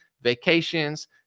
vacations